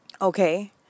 okay